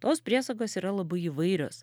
tos priesagos yra labai įvairios